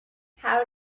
how